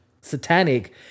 satanic